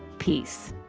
peace